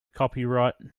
copyright